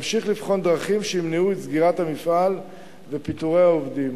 נמשיך לבחון דרכים שימנעו את סגירת המפעל ופיטורי העובדים.